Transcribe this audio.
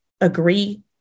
agree